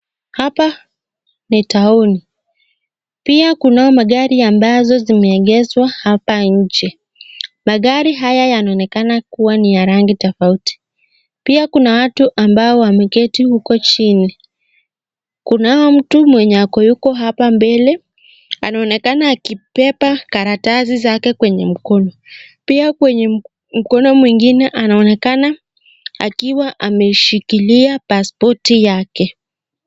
Hapa ni tauni. pia kunao magari ambazo zimeegezwa hapa nje. Magari haya yanaonekana kuwa ni ya rangi tofauti. Pia kuna watu ambao wameketi huko chini. Kunao mtu mwenye yuko huku hapa mbele. Anaonekana akibeba karatasi zake kwenye mkono. Pia kwenye mkono mwingine anaonekana akiwa ameshikilia pasipoti yake.